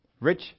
Rich